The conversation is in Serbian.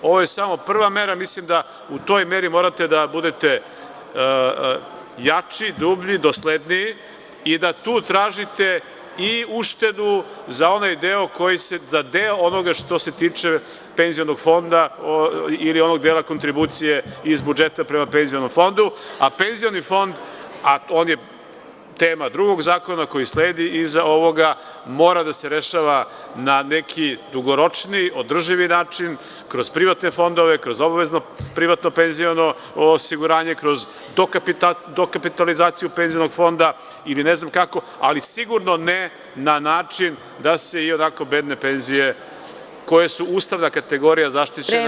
Ovo je samo prva mera, mislim da u toj meri morate da budete jači, dublji, dosledniji i da tu tražite i uštedu za deo onoga što se tiče Penzionog fonda ili onog dela kontribucije iz budžeta prema Penzionom fondu, a Penzioni fond je tema drugog zakona koji sledi iza ovoga, mora da se rešava na neki dugoročniji, održivi način, kroz privatne fondove, kroz obavezno privatno penziono osiguranje, kroz dokapitalizaciju Penzionog fonda ili ne znam kako, ali sigurno ne na način da se ionako bedne penzije, koje su zaštićena ustavna kategorija, smanjuju.